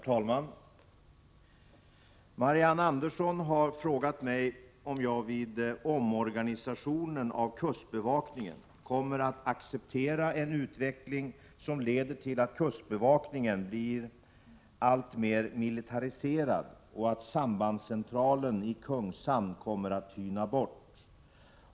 Herr talman! Marianne Andersson har frågat mig om jag vid omorganisationen av kustbevakningen kommer att acceptera en utveckling som leder till att kustbevakningen blir alltmer militariserad och att sambandscentralen i Kungshamn kommer att tyna bort.